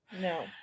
No